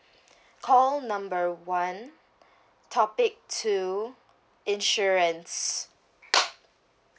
call number one topic two insurance